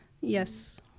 Yes